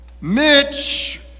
Mitch